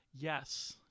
yes